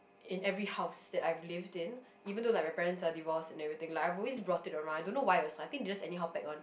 in every house that I've lived in even though like my parents are divorced and everything like I've always brought it around I don't why also I think just anyhow pack one